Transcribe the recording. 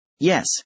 Yes